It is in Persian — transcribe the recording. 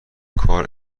کار